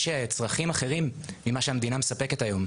צרכים אחרים ממה שהמדינה מספקת היום.